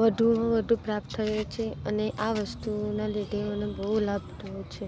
વધુમાં વધુ પ્રાપ્ત થયો છે અને આ વસ્તુના લીધે મને બહુ લાભ થયો છે